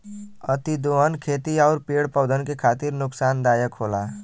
अतिदोहन खेती आउर पेड़ पौधन के खातिर नुकसानदायक होला